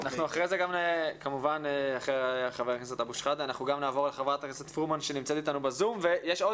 אחר כך נעבור לחבר הכנסת אבו שחאדה ולאחר מכן לחברתה הכנסת